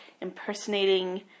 impersonating